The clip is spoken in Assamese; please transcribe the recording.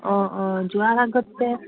অঁ অঁ যোৱাৰ আগতে